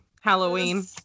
Halloween